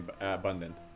abundant